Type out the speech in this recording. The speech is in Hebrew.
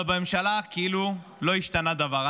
אבל בממשלה כאילו לא השתנה דבר.